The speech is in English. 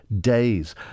days